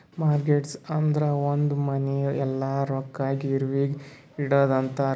mortgage ಅಂದುರ್ ಒಂದ್ ಮನಿ ಇಲ್ಲ ರೊಕ್ಕಾ ಗಿರ್ವಿಗ್ ಇಡದು ಅಂತಾರ್